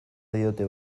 diote